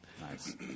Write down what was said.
Nice